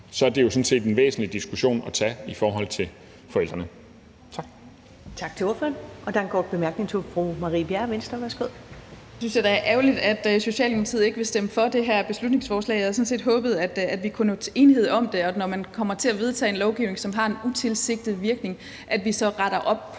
er det jo sådan set en væsentlig diskussion at tage i forhold til forældrene. Tak.